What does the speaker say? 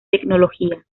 tecnología